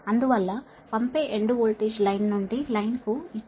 అందువల్ల పంపే end voltage line నుండి లైన్ ను ఈ 224